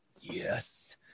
yes